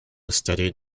studied